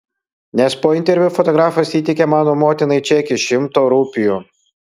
nes po interviu fotografas įteikė mano motinai čekį šimto rupijų